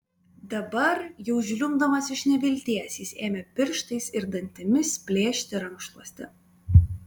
dabar jau žliumbdamas iš nevilties jis ėmė pirštais ir dantimis plėšti rankšluostį